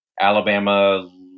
alabama